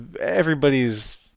everybody's